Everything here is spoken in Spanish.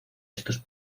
estos